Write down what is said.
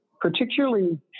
Particularly